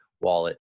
wallet